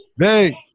hey